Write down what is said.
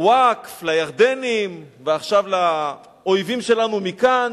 לווקף, לירדנים, ועכשיו לאויבים שלנו מכאן,